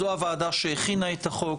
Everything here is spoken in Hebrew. שזו הוועדה שהכינה את החוק,